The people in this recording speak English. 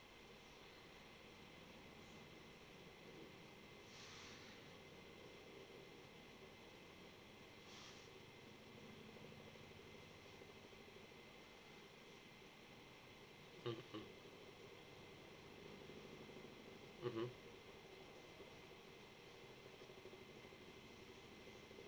mm mm mmhmm